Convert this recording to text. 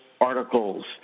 articles